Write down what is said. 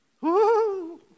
Woo